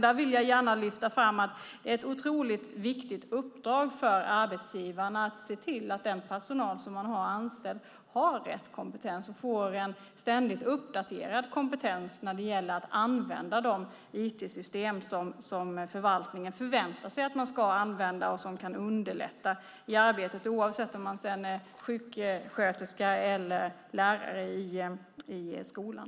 Där vill jag gärna lyfta fram att det är ett otroligt viktigt uppdrag för arbetsgivarna att se till att den personal som de har anställda har rätt kompetens och får en ständigt uppdaterad kompetens för att använda de IT-system som förvaltningen förväntar sig att den ska använda och som kan underlätta arbetet. Det gäller oavsett om det handlar om sjuksköterskor eller lärare i skolan.